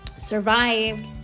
survived